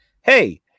hey